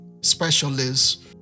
specialist